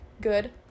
good